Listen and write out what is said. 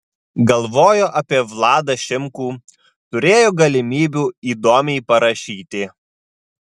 galvojo apie vladą šimkų turėjo galimybių įdomiai parašyti